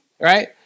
Right